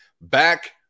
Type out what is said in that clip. Back